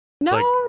No